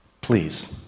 Please